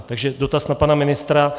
Takže dotaz na pana ministra.